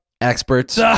Experts